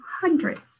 hundreds